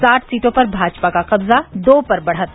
साठ सीटो पर भाजपा का कब्जा दो पर बढ़त